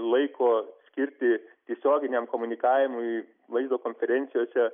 laiko skirti tiesioginiam komunikavimui vaizdo konferencijose